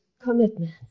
commitment